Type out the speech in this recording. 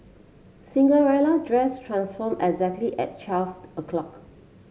Cinderella dress transformed exactly at twelve o'clock